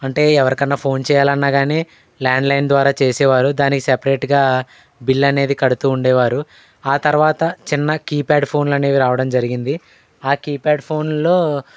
అంటే ఎవరికన్నా ఫోన్ చేయాలన్నా కానీ ల్యాండ్లైన్ ద్వారా చేసేవారు దానికి సపరేట్గా బిల్ అనేది కడుతూ ఉండేవారు ఆ తర్వాత చిన్న కీప్యాడ్ ఫోన్లు అనేవి రావడం జరిగింది కీప్యాడ్ ఫోన్లో